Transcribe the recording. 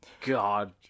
God